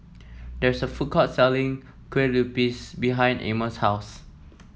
there's a food court selling Kue Lupis behind Amos' house